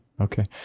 okay